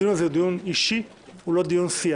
הדיון הזה הוא דיון אישי, הוא לא דיון סיעתי,